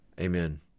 Amen